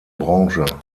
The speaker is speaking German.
branche